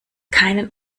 keinen